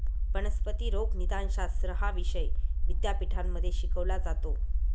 वनस्पती रोगनिदानशास्त्र हा विषय विद्यापीठांमध्ये शिकवला जातो